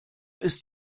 ist